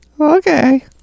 okay